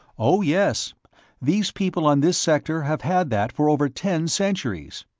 oh, yes these people on this sector have had that for over ten centuries.